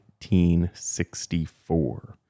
1964